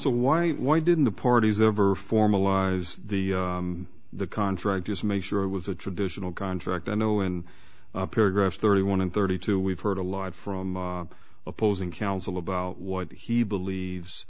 counsel why why didn't the parties ever formalize the the contract just make sure it was a traditional contract i know in paragraph thirty one and thirty two we've heard a lot from opposing counsel about what he believes